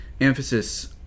emphasis